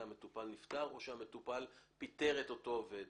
המטופל נפטר או שהמטופל פיטר את אותו עובד,